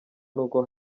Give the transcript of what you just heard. n’uko